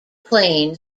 plain